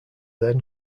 then